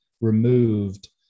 removed